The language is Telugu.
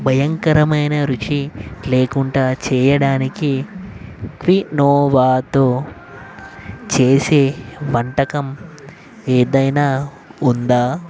భయంకరమైన రుచి లేకుండా చెయ్యడానికి క్వినోవాతో చేసే వంటకం ఏదైనా ఉందా